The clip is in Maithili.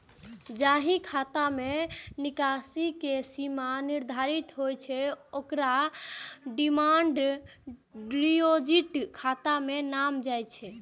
जाहि खाता मे निकासी के सीमा निर्धारित होइ छै, ओकरा डिमांड डिपोजिट खाता नै मानल जाइ छै